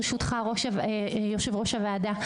ברשותך יו"ר הוועדה,